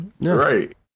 Right